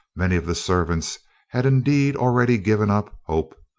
many of the servants had indeed already given up hope,